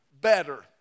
better